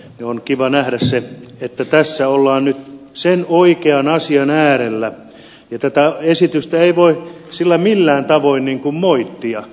on kiva nähdä että tässä ollaan nyt sen oikean asian äärellä ja tätä esitystä ei voi millään tavoin niin kuin moittia